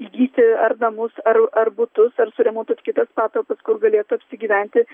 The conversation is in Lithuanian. įsigyti ar namus ar ar butus ar suremontuot kitas patalpas kur galėtų apsigyventi